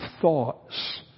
thoughts